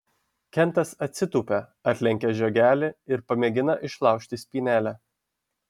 kentas atsitūpia atlenkia žiogelį ir pamėgina išlaužti spynelę